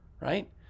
right